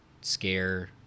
scare